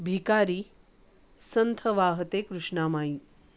भिकारी संथ वाहते कृष्णामाई